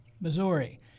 Missouri